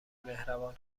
مهربان